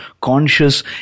conscious